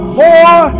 more